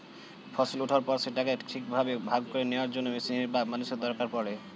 ফসল ওঠার পর সেটাকে ঠিকভাবে ভাগ করে নেওয়ার জন্য মেশিনের বা মানুষের দরকার পড়ে